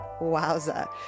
Wowza